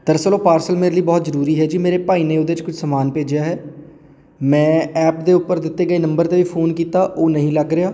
ਦਰਅਸਲ ਉਹ ਪਾਰਸਲ ਮੇਰੇ ਲਈ ਬਹੁਤ ਜ਼ਰੂਰੀ ਹੈ ਜੀ ਮੇਰੇ ਭਾਈ ਨੇ ਉਹਦੇ 'ਚ ਕੁਛ ਸਮਾਨ ਭੇਜਿਆ ਹੈ ਮੈਂ ਐਪ ਦੇ ਉੱਪਰ ਦਿੱਤੇ ਗਏ ਨੰਬਰ 'ਤੇ ਵੀ ਫੋਨ ਕੀਤਾ ਉਹ ਨਹੀਂ ਲੱਗ ਰਿਹਾ